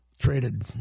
traded